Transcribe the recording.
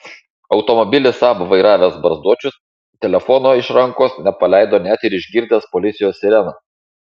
automobilį saab vairavęs barzdočius telefono iš rankos nepaleido net ir išgirdęs policijos sireną